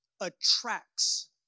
Attracts